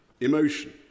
emotion